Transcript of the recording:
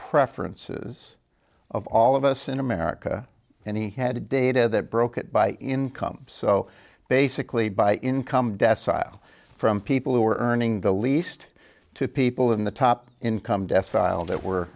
preferences of all of us in america and he had data that broke it by income so basically by income decile from people who are earning the least two people in the top income death sile that were